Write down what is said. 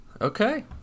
okay